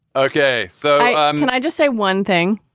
ok so can i just say one thing.